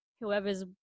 whoever's